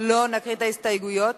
לא נקריא את ההסתייגויות.